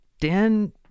Dan